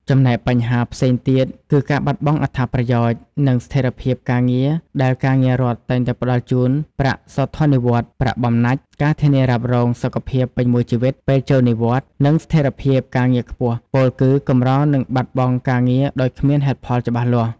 ចំណែកបញ្ហាផ្សេងទៀតគឺការបាត់បង់អត្ថប្រយោជន៍ និងស្ថិរភាពការងារដែលការងាររដ្ឋតែងតែផ្តល់នូវប្រាក់សោធននិវត្តន៍ ប្រាក់បំណាច់ ការធានារ៉ាប់រងសុខភាពពេញមួយជីវិត ពេលចូលនិវត្តន៍ និងស្ថិរភាពការងារខ្ពស់ ពោលគឺកម្រនឹងបាត់បង់ការងារដោយគ្មានហេតុផលច្បាស់លាស់។